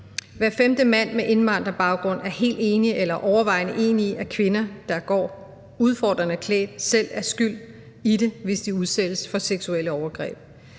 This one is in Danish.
Hver femte mand med indvandrerbaggrund er helt enig eller overvejende enig i, at kvinder, der går udfordrende klædt, selv er skyld i det, hvis de udsættes for seksuelle overgreb.